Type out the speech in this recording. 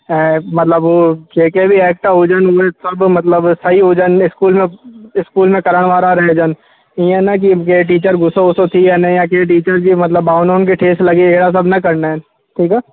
ऐं मतिलब हूं जेके बि एक्ट हुजनि उन सभु मतिलबु सई हुजनि इस्कूल में इस्कूल में करण वारा रहजनि ईअं न की के टीचर घुस्सो वुस्सो थी वञे या केरु टीचर जी मतिलबु भावनाउनि खे ठेस लॻे अहिड़ा सभु न करिणा आहिनि ठीकु आहे